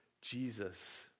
Jesus